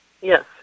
Yes